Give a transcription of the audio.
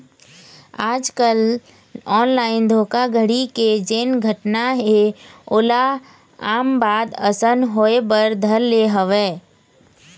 आजकल ऑनलाइन धोखाघड़ी के जेन घटना हे ओहा आम बात असन होय बर धर ले हवय